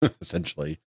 essentially